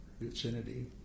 vicinity